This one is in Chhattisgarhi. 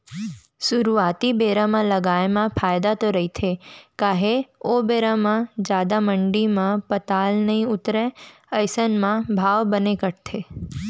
सुरुवाती बेरा म लगाए म फायदा तो रहिथे काहे ओ बेरा म जादा मंडी म पताल नइ उतरय अइसन म भाव बने कटथे